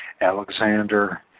Alexander